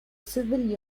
civil